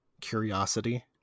curiosity